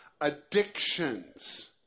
addictions